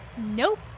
Nope